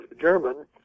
German